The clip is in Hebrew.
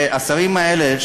השרים האלה,